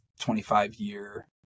25-year